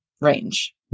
range